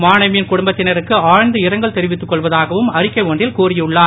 மாணவியின் குடும்பத்தினருக்கு ஆழ்ந்த இரங்கல் தெரிவித்துக் கொள்வதாகவும் அறிக்கை ஒன்றில் கூறியுள்ளார்